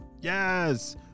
Yes